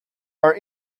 are